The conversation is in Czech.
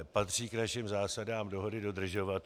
Patří k našim zásadám dohody dodržovat.